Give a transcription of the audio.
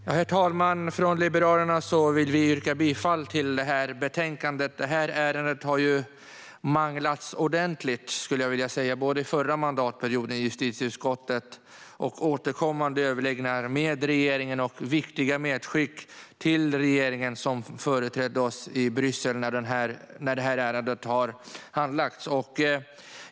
Herr talman! Från Liberalerna vill vi yrka bifall till förslaget i betänkandet. Det här ärendet har manglats ordentligt, skulle jag vilja säga, under förra mandatperioden i justitieutskottet, vid återkommande överläggningar med regeringen och i viktiga medskick till regeringen som företrätt oss i Bryssel när det här ärendet har handlagts.